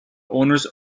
owners